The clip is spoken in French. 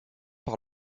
par